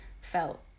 felt